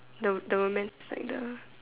the the romance like the